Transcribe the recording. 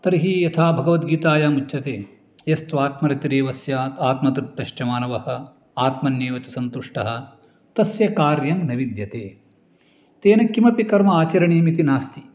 तर्हि यथा भगवद्गीतायाम् उच्यते यस्त्वात्मरतिरेवस्यात् आत्मतृप्तश्च मानवः आत्मन्नेव च तुसन्तुष्टः तस्य कार्यं न विद्यते तेन किमपि कर्म आचरणीयम् इति नास्ति